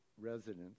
residents